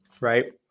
right